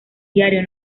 diario